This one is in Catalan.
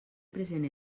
present